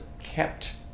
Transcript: kept